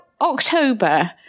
October